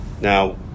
now